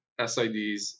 SIDs